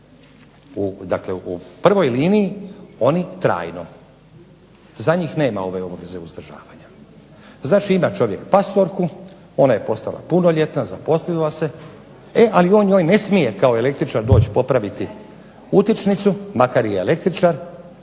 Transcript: dakle u prvoj liniji oni trajno, za njih nema ove obaveze uzdržavanja. Znači ima čovjek pastorku, ona je postala punoljetna, zaposlila se e ali on njoj ne smije kao električar doći popraviti utičnicu makar i električar